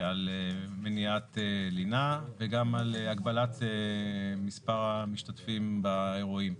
על מניעת לינה וגם על הגבלת מספר המשתתפים באירועים.